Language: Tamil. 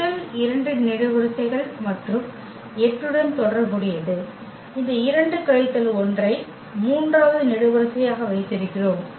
முதல் இரண்டு நெடுவரிசைகள் மற்றும் 8 உடன் தொடர்புடையது இந்த 2 கழித்தல் 1 ஐ மூன்றாவது நெடுவரிசையாக வைத்திருக்கிறோம்